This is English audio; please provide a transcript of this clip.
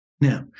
Now